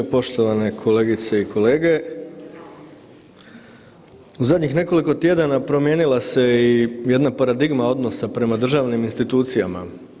Poštovane kolegice i kolege, u zadnjih nekoliko tjedana promijenila se jedna paradigma odnosa prema državnim institucijama.